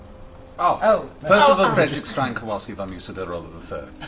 oh. percival fredrickstein klossowski von mussel de rolo and